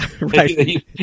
right